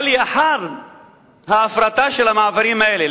לאחר ההפרטה של המעברים האלה,